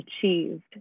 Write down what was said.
achieved